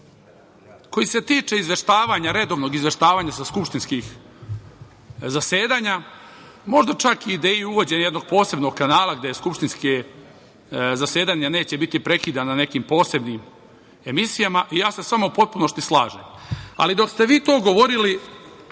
koji se tiče redovnog izveštavanja sa skupštinskih zasedanja, možda čak i ideju uvođenja jednog posebnog kanala gde skupštinska zasedanja neće biti prekidana nekim posebnim emisijama i ja se sa vama u potpunosti slažem. Dok ste vi to govorili